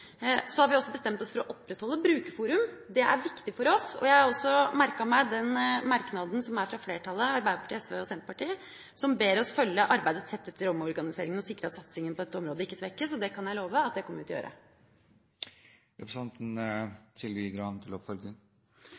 Så har vi også bestemt oss for å opprettholde Brukerforum. Det er viktig for oss. Jeg har merket meg merknaden fra flertallet – Arbeiderpartiet, SV og Senterpartiet – som ber oss følge arbeidet tett etter omorganiseringa og sikre at satsinga på dette området ikke svekkes. Det kan jeg love at vi kommer til å gjøre.